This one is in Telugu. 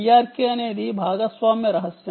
IRK అనేది షేర్డ్ రహస్యం